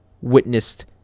witnessed